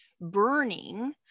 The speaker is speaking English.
Burning